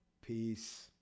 Peace